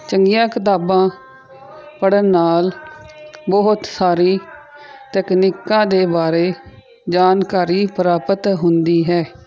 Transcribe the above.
ਚੰਗੀਆਂ ਕਿਤਾਬਾਂ ਪੜ੍ਹਨ ਨਾਲ ਬਹੁਤ ਸਾਰੀ ਤਕਨੀਕਾਂ ਦੇ ਬਾਰੇ ਜਾਣਕਾਰੀ ਪ੍ਰਾਪਤ ਹੁੰਦੀ ਹੈ